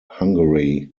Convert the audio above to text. hungary